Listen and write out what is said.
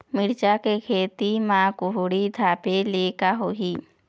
मिरचा के खेती म कुहड़ी ढापे ले का होही?